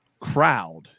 crowd